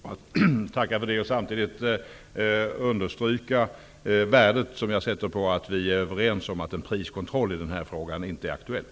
Herr talman! Jag tackar för det. Samtidigt vill jag understryka värdet av att vi är överens om att en priskontroll i den här frågan inte är aktuellt.